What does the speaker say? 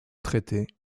traité